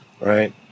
right